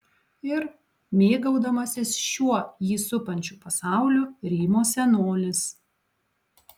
ir mėgaudamasis šiuo jį supančiu pasauliu rymo senolis